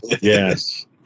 yes